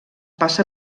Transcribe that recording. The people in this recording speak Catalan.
passa